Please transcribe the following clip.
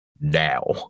now